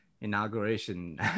inauguration